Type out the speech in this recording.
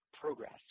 progress